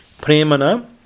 Premana